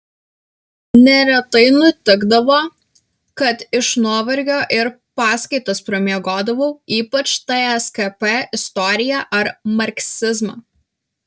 neretai nutikdavo kad iš nuovargio ir paskaitas pramiegodavau ypač tskp istoriją ar marksizmą